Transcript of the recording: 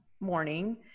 morning